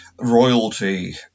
royalty